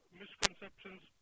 misconceptions